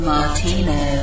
Martino